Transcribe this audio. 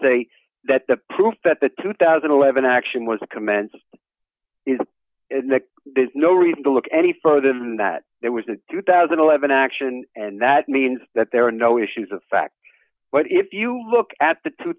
say that the proof that the two thousand and eleven action was commences in the biz no reason to look any further than that there was a two thousand and eleven action and that means that there are no issues of fact but if you look at the two